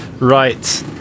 right